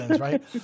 right